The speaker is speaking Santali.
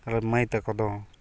ᱟᱨ ᱢᱟᱹᱭ ᱛᱟᱠᱚ ᱫᱚ